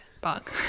Bug